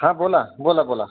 हां बोला बोला बोला